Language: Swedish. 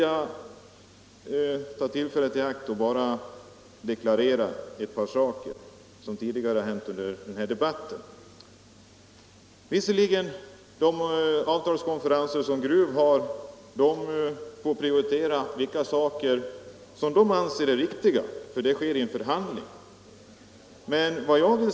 Medan jag har ordet vill jag göra några kommentarer till vad som tidigare sagts i denna debatt. Gruv har visserligen rätt att vid sina avtalskonferenser prioritera de krav som man där anser vara viktiga — det gäller ju då förhandlingsfrågor.